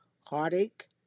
heartache